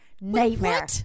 nightmare